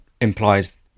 implies